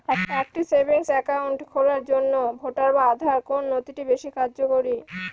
একটা savings account খোলার জন্য ভোটার বা আধার কোন নথিটি বেশী কার্যকরী?